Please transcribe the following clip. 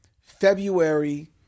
February